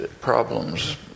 problems